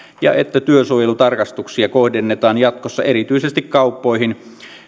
ja että työsuojelutarkastuksia kohdennetaan jatkossa erityisesti kauppoihin